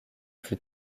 plus